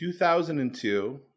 2002